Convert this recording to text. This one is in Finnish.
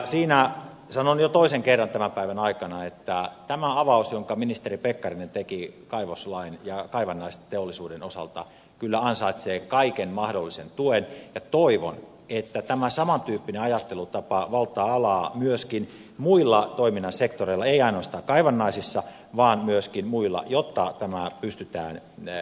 siinä sanon jo toisen kerran tämän päivän aikana tämä avaus jonka ministeri pekkarinen teki kaivoslain ja kaivannaisteollisuuden osalta kyllä ansaitsee kaiken mahdollisen tuen ja toivon että samantyyppinen ajattelutapa valtaa alaa myöskin muilla toiminnan sektoreilla ei ainoastaan kaivannaisissa vaan myöskin muilla jotta tämä pystytään tekemään